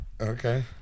okay